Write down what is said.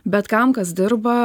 bet kam kas dirba